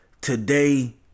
today